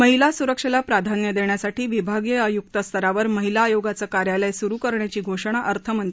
महिला सुरक्षेला प्राधान्य देण्यासाठी विभागीय आयुक्त स्तरावर महिला आयोगाचं कार्यालय सुरू करण्याची घोषणा अर्थमंत्र्यांनी केली